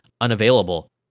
unavailable